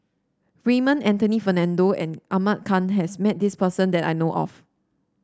Raymond Anthony Fernando and Ahmad Khan has met this person that I know of